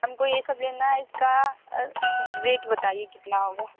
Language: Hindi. हमको ये सब लेना है इसका रेट बताइए कितना होगा